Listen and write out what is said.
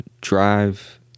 drive